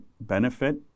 benefit